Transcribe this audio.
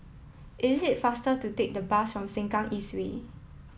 it faster to take the bus to Sengkang East Way